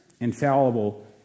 infallible